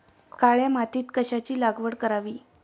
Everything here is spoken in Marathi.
काळ्या मातीत कशाची लागवड करावी?